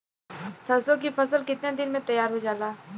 सरसों की फसल कितने दिन में तैयार हो जाला?